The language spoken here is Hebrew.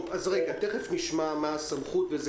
תיכף נשמע מה הסמכות.